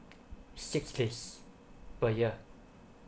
six day per year